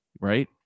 right